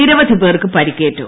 നിരവധി പേർക്ക് പരിക്കേറ്റു